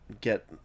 get